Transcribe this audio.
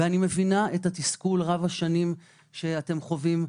אני מבינה את התסכול רב השנים שאתם חווים.